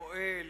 המועל,